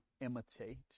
imitate